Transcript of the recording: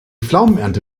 pflaumenernte